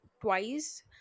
twice